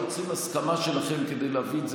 אנחנו צריכים הסכמה שלכם כדי להביא את זה,